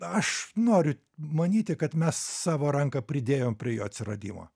aš noriu manyti kad mes savo ranką pridėjom prie jo atsiradimo